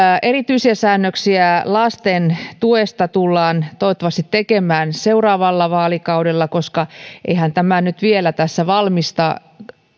erityisiä säännöksiä lasten tuesta tullaan toivottavasti tekemään seuraavalla vaalikaudella koska eihän tämä nyt vielä tässä valmis